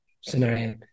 scenario